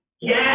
Yes